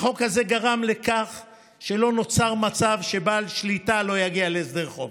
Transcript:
החוק הזה גרם לכך שלא נוצר מצב שבעל שליטה לא יגיע להסדר חוב,